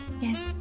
Yes